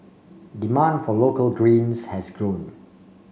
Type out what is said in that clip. demand for local greens has grown